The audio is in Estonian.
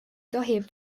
tohib